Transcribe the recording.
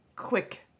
quick